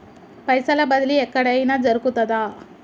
పైసల బదిలీ ఎక్కడయిన జరుగుతదా?